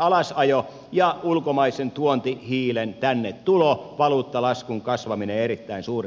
alasajo ja ulkomaisen tuontihiilen tänne tulo valuuttalaskun kasvaminen erittäin suuresti